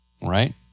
right